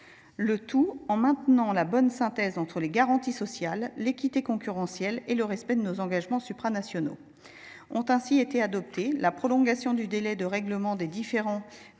Le tout en maintenant la bonne synthèse entre les garanties sociales, l’équité concurrentielle et le respect de nos engagements supranationaux. Ont ainsi été adoptées la prolongation du délai de règlement des différends pour